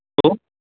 hello